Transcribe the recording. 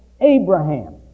Abraham